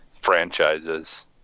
franchises